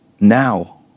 now